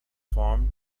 formed